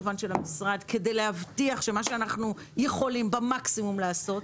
המשרד כדי להבטיח שמה שהמקסימום שאנחנו יכולים לעשות,